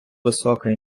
висока